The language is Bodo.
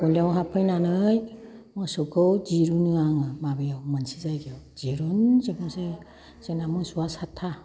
गलियाव हाबफैनानै मोसौखौ दिरुनो आङो माबायाव मोनसे जायगायाव दिरुन जोबनोसै जोंना मोसौआ सातथा